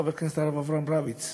חבר הכנסת הרב אברהם רביץ,